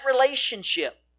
relationship